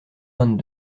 vingt